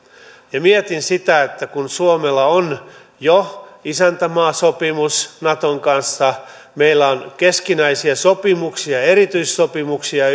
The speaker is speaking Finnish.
mietin sitäkin että kun suomella on jo isäntämaasopimus naton kanssa meillä on keskinäisiä sopimuksia ja erityissopimuksia